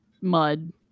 mud